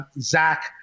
Zach